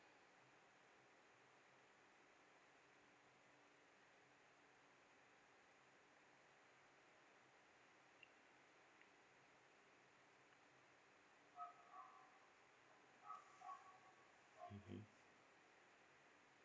two to mm